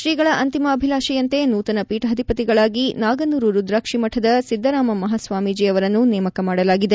ಶ್ರೀಗಳ ಅಂತಿಮ ಅಭಿಲಾಷೆಯಂತೆ ನೂತನ ಪೀಠಾಧಿಪತಿಗಳಾಗಿ ನಾಗನೂರು ರುದ್ರಾಕ್ಷಿಮಠದ ಸಿದ್ದರಾಮಕ್ಷೇರ ಮಹಾಸ್ವಾಮಿಜಿ ಅವರನ್ನು ನೇಮಕ ಮಾಡಲಾಗಿದೆ